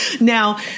Now